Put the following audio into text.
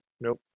Nope